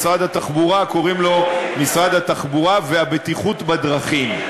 משרד התחבורה נקרא "משרד התחבורה והבטיחות בדרכים",